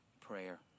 prayer